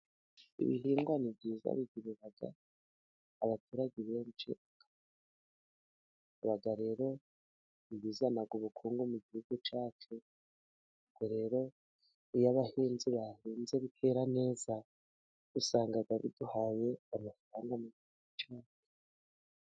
Ibihingwa ni byiza bigirira abaturage benshi akamaro, haba rero ibizana ubukungu mu gihugu cyacu, ubwo rero iyo abahinzi bahinze bikera neza, usanga biduhaye amafaranga menshi mu...